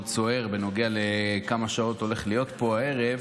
סוער בנוגע לכמה שעות הולכות להיות פה הערב.